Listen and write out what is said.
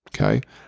okay